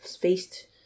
faced